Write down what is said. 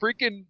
freaking